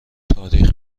تاریخ